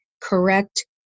correct